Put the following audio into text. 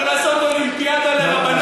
צריך לעשות אולימפיאדה לרבנים,